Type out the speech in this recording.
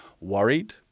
worried